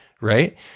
right